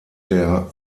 der